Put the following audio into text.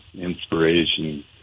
inspiration